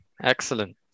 Excellent